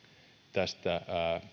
tästä